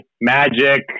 Magic